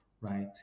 right